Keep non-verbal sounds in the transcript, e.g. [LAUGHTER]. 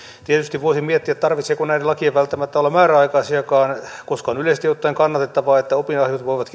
tietysti voisi miettiä tarvitseeko näiden lakien välttämättä olla määräaikaisiakaan koska on yleisesti ottaen kannatettavaa että opinahjot voivat [UNINTELLIGIBLE]